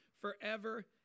forever